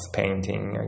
painting